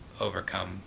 overcome